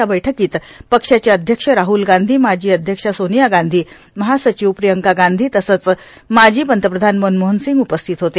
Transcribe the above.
या बैठकीत पक्षाचे अध्यक्ष राहुल गांधी सोनिया गांधी महासचिव प्रियंका गांधी तसंच माजी पंतप्रधान मनमोहन सिंग उपस्थित होते